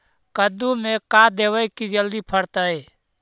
कददु मे का देबै की जल्दी फरतै?